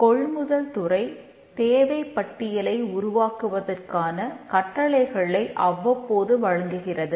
கொள்முதல் துறை தேவைப் பட்டியலை உருவாக்குவதற்கான கட்டளைகளை அவ்வப்போது வழங்குகிறது